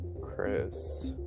Chris